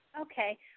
Okay